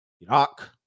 iraq